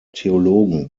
theologen